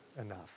enough